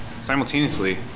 simultaneously